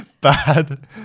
bad